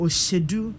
Oshedu